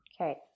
Okay